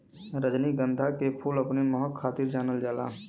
रजनीगंधा के फूल अपने महक खातिर जानल जात बा